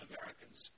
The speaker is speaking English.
Americans